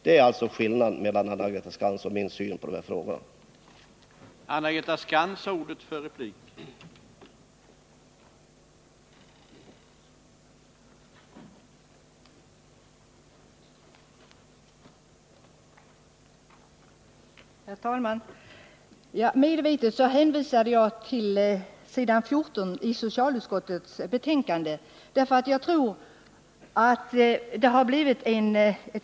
Det är alltså på denna punkt som Anna-Greta Skantz och min egen syn på dessa frågor skiljer sig.